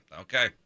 Okay